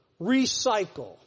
Recycle